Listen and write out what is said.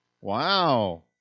Wow